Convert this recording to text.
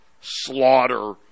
slaughter